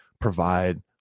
provide